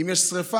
אם יש שרפה,